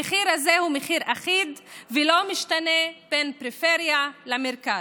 המחיר הזה הוא מחיר אחיד ולא משתנה בין פריפריה למרכז,